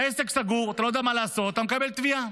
העסק סגור ואתה לא יודע מה לעשות, אתה מקבל תביעה.